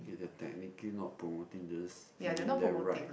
they're technically not promoting this giving their right